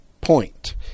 point